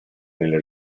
nelle